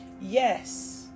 yes